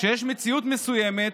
כשיש מציאות מסוימת,